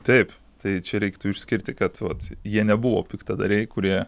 taip tai čia reiktų išskirti kad vat jie nebuvo piktadariai kurie